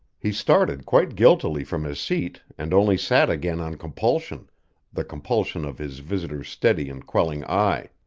he started quite guiltily from his seat and only sat again on compulsion the compulsion of his visitor's steady and quelling eye.